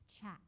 chat